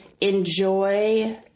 enjoy